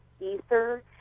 ether